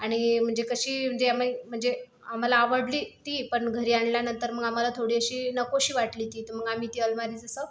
आणि म्हणजे कशी म्हणजे आम्ही म्हणजे आम्हाला आवडली ती पण घरी आणल्यानंतर मग आम्हाला थोडी अशी नकोशी वाटली ती तर मग आम्ही ती आलमारी जसं